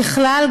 ככלל,